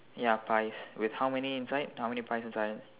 ya pies with how many inside how many pies inside